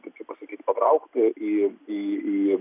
kaip čia pasakyt patraukti į į į